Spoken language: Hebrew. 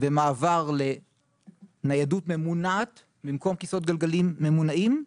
ומעבר לניידות ממונעת במקום כיסאות גלגלים ממונעים,